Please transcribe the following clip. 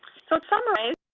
so, to summarize,